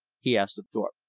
he asked of thorpe.